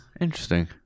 Interesting